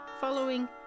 following